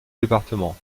départements